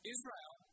Israel